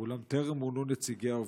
אולם טרם מונו נציגי העובדים.